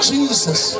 Jesus